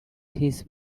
his